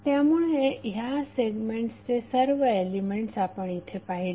त्यामुळे या सेगमेंट चे सर्व एलिमेंट्स आपण इथे पाहिले